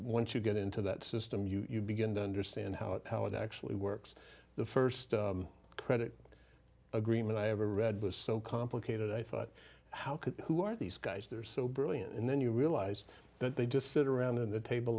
once you get into that system you begin to understand how it how it actually works the first credit agreement i ever read was so complicated i thought how could the who are these guys they're so brilliant and then you realize that they just sit around in the table